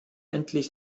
endlich